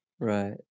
Right